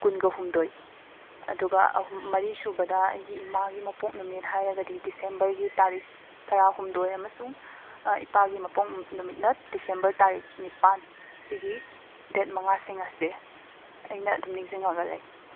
ꯀꯨꯟꯒ ꯍꯨꯝꯗꯣꯏ ꯑꯗꯨꯒ ꯃꯔꯤꯁꯨꯕꯗ ꯑꯩꯒꯤ ꯏꯃꯥꯒꯤ ꯃꯄꯣꯛ ꯅꯨꯃꯤꯠ ꯍꯥꯏꯔꯒꯗꯤ ꯗꯤꯁꯦꯝꯕꯔꯒꯤ ꯇꯥꯔꯤꯛ ꯇꯔꯥꯍꯨꯝꯗꯣꯏ ꯑꯃꯁꯨꯡ ꯏꯄꯥꯒꯤ ꯃꯄꯣꯛꯎꯝ ꯅꯨꯃꯤꯠꯅ ꯗꯤꯁꯦꯝꯕꯔ ꯇꯥꯔꯤꯛ ꯅꯤꯄꯥꯟ ꯑꯁꯤꯒꯤ ꯗꯦꯠ ꯃꯉꯥꯁꯤꯡ ꯑꯁꯦ ꯑꯩꯅ ꯑꯗꯨꯝ ꯅꯤꯡꯁꯤꯡꯉꯒ ꯂꯩ